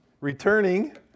returning